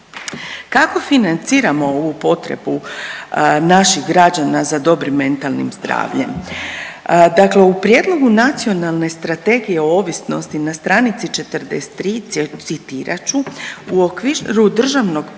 Kako financiramo ovu potrebu naših građana za dobrim mentalnim zdravljem? Dakle, u Prijedlogu Nacionalne strategije o ovisnosti na stranici 43. citirat ću: „u okviru državnog proračuna